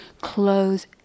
close